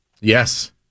Yes